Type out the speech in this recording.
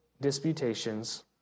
disputations